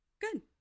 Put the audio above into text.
Good